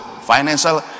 financial